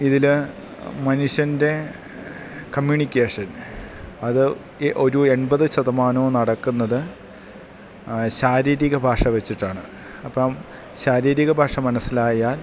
ഇതില് മനുഷ്യൻ്റെ കമ്മ്യൂണിക്കേഷൻ അത് ഒരു എൺപതു ശതമാനവും നടക്കുന്നത് ശാരീരിക ഭാഷ വച്ചിട്ടാണ് അപ്പോള് ശാരീരിക ഭാഷ മനസ്സിലായാൽ